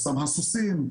סמא סוסים,